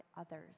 others